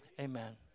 Amen